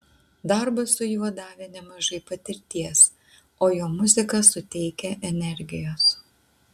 darbas su juo davė nemažai patirties o jo muzika suteikia energijos